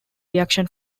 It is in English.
reaction